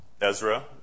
Ezra